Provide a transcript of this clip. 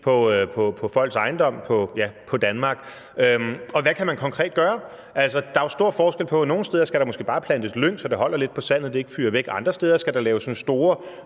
på folks ejendom, ja, på Danmark, og hvad kan man konkret gøre? Der er jo store forskelle. Nogle steder skal der måske bare plantes lyng, så man holder lidt på sandet, så det ikke fyger væk, og andre steder skal der laves større